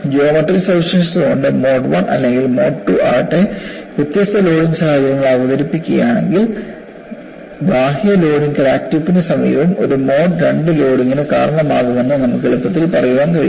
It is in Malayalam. ജോമട്രി സവിശേഷത കൊണ്ട് മോഡ് 1 അല്ലെങ്കിൽ മോഡ് 2 ആകട്ടെ വ്യത്യസ്ത സാഹചര്യങ്ങൾ അവതരിപ്പിക്കുകയാണെങ്കിൽ ബാഹ്യ ലോഡിംഗ് ക്രാക്ക് ടിപ്പിന് സമീപം ഒരു മോഡ് 2 ലോഡിംഗിന് കാരണമാകുമെന്ന് നമുക്ക് എളുപ്പത്തിൽ പറയാൻ കഴിയും